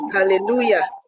Hallelujah